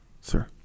sir